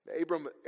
Abram